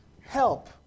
Help